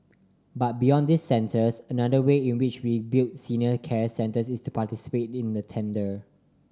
but beyond these centres another way in which we build senior care centres is to participate in a tender